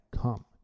come